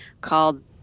called